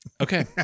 Okay